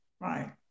Right